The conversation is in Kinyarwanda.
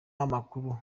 amakuru